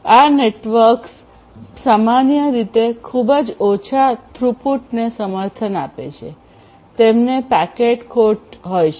આ નેટવર્ક્સ સામાન્ય રીતે ખૂબ જ ઓછા થ્રુપુટને સમર્થન આપે છે તેમને પેકેટ ખોટ છે